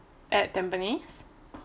at tampines